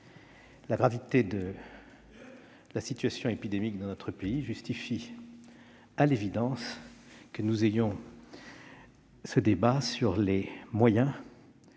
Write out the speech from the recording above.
la gravité de la situation épidémique dans notre pays, justifie à l'évidence que nous ayons ce débat sur les moyens